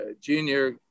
Junior